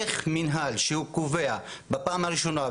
איך מנהל שהוא קובע בפעם הראשונה,